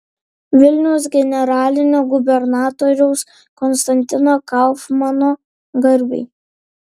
vilniaus generalinio gubernatoriaus konstantino kaufmano garbei